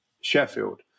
Sheffield